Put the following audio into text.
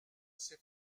s’est